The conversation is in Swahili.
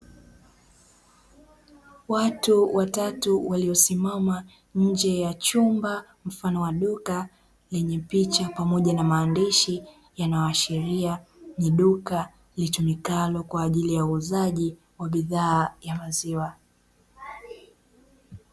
Watu watatu waliosimama nje ya chumba mfano wa duka lenye picha pamoja na maandishi yanayoashiria ni duka litumikalo kwa ajili ya uuzaji wa bidhaa ya maziwa.